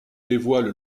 dévoile